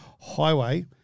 Highway